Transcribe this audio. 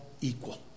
equal